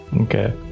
Okay